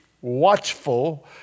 watchful